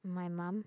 my mum